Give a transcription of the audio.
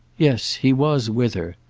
yes, he was with her,